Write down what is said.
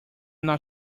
not